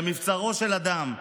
למבצרו של אדם,